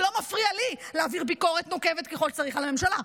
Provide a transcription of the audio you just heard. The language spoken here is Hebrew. זה לא מפריע לי להעביר ביקורת נוקבת ככל שצריך על הממשלה.